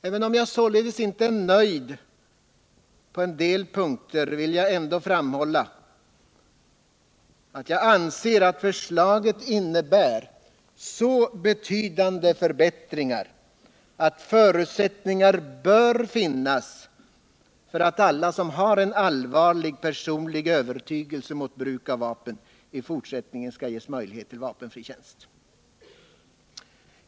Även om jag således inte är nöjd på en del punkter, vill jag ändå framhålla att jag anser att förslaget innebär så betydande förbättringar att förutsättningar bör finnas för att alla som har en allvarlig personlig övertygelse mot bruk av vapen i fortsättningen skall ges möjlighet till vapenfri tjänst.